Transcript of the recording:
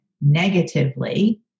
negatively